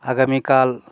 আগামীকাল